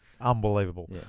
unbelievable